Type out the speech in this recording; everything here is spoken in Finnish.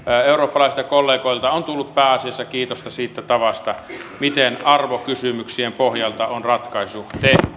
eurooppalaisilta kollegoilta on tullut pääasiassa kiitosta siitä tavasta miten arvokysymyksien pohjalta on ratkaisu